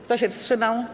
Kto się wstrzymał?